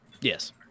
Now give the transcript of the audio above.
Yes